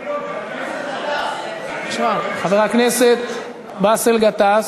חבר הכנסת גטאס,